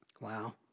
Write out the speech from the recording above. Wow